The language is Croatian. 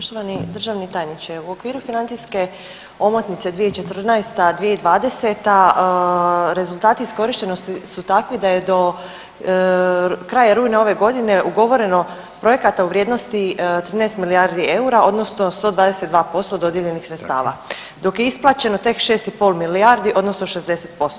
Poštovani državni tajniče, u okviru financijske omotnice 2014./2020. rezultati iskorištenosti su takvi da je do kraja rujna ove godine ugovoreno projekata u vrijednosti 13 milijardi eura, odnosno 122% dodijeljenih sredstava dok je isplaćeno tek 6 i pol milijardi, odnosno 60%